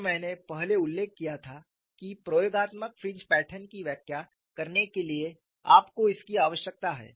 और मैंने पहले उल्लेख किया था कि प्रयोगात्मक फ्रिंज पैटर्न की व्याख्या करने के लिए आपको इसकी आवश्यकता है